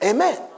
Amen